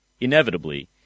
Inevitably